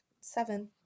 seven